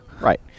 right